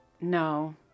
No